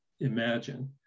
imagine